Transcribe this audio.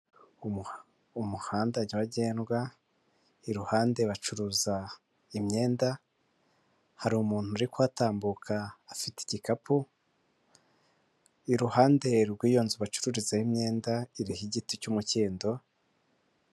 Umuhanda nyabagendwa, iruhande bacuruza imyenda, hari umuntu uri kuhatambuka, afite igikapu, iruhande rw'iyo nzu bacururizaho imyenda iriho igiti cy'umukindo.